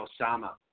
Osama